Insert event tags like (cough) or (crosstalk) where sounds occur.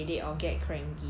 (laughs)